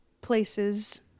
Places